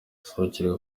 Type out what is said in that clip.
sohokera